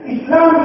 Islam